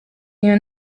iyo